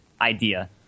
idea